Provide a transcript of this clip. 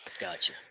Gotcha